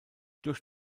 durch